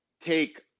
take